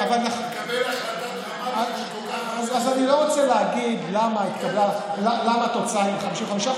אז אני לא רוצה להגיד למה התוצאה היא 55%,